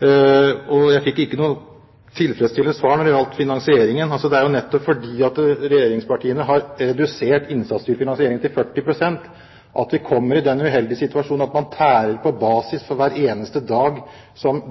dag. Jeg fikk ikke noe tilfredsstillende svar når det gjaldt finansieringen. Det er nettopp fordi regjeringspartiene har redusert innsatsstyrt finansiering til 40 pst., at vi kommer i den uheldige situasjonen at man tærer på basisfinansieringen for hver eneste dag